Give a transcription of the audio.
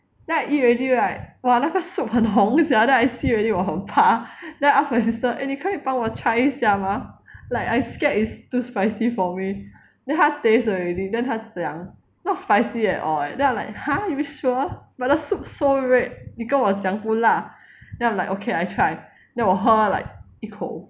then I eat already right !wah! 那个 soup 很红 sia then I see already 我很怕 then I ask my sister eh 你可以帮我 try 一下吗 like I scared it's too spicy for me then 他 taste already then 他讲 not spicy at all eh then I'm like !huh! you sure but the soup so red 你跟我讲不辣 then I'm like okay I tried then 我喝 like 一口